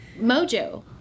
mojo